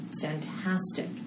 fantastic